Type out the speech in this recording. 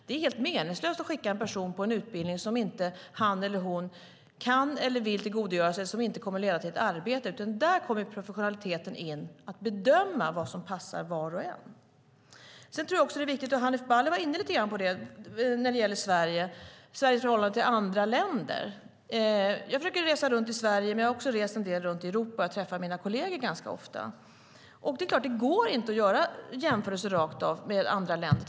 Det är meningslöst att skicka en person på en utbildning som han eller hon inte kan eller vill tillgodogöra sig och som inte kommer att leda till ett arbete. Där kommer professionaliteten in. Det handlar om att bedöma vad som passar var och en. Hanif Bali var inne lite grann på Sveriges förhållande till andra länder. Jag försöker resa runt i Sverige, men jag har också rest en del runt i Europa. Jag träffar mina kolleger ganska ofta. Det är klart att det inte går att göra jämförelser rakt av med andra länder.